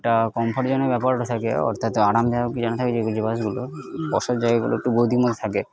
একটা কমফর্ট জোনের ব্যাপার একটা থাকে অর্থাৎ আরামদায়ক বিছানা থাকে যে যে বাসগুলোর বসার জায়গাগুলো একটু গদি মতো থাকে